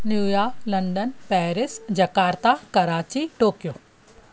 New York London Paris Jakarta Karachi Tokyo